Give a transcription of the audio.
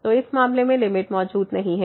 तो इस मामले में लिमिट मौजूद नहीं है